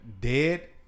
dead